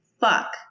fuck